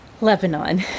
Lebanon